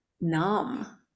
numb